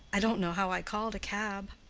i don't know how i called a cab.